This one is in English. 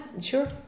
sure